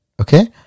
Okay